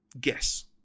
guess